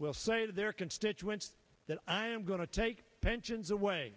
will say to their constituents that i am going to take pensions away